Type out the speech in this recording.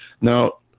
Now